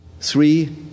three